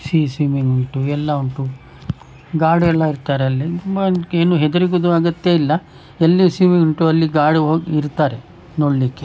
sea swimming ಉಂಟು ಎಲ್ಲ ಉಂಟು ಗಾರ್ಡ್ ಎಲ್ಲ ಇರ್ತಾರೆ ಅಲ್ಲಿ ತುಂಬ ಏನು ಹೆದರುವುದು ಅಗತ್ಯ ಇಲ್ಲ ಎಲ್ಲಿ ಸೀಮಿಂಗ್ ಉಂಟು ಅಲ್ಲಿ ಗಾರ್ಡು ಹೋಗಿ ಇರ್ತಾರೆ ನೋಡಲಿಕ್ಕೆ